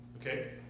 Okay